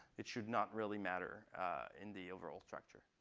it should not really matter in the overall structure.